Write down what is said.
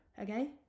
okay